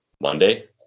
Monday